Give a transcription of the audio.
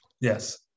Yes